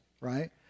right